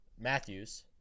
Matthews